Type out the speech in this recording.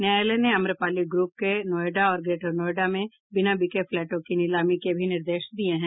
न्यायालय ने अम्रपाली ग्रप के नोएडा और ग्रेटर नोएडा में बिना बिके फ्लैटों की नीलामी के भी निर्देश दिये हैं